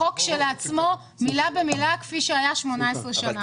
החוק הוא מילה במילה כפי שהיה 18 שנים.